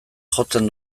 jotzen